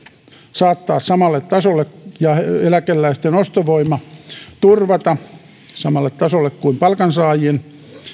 saattaa samalle tasolle ja eläkeläisten ostovoima turvata samalle tasolle kuin palkansaajien